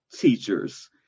teachers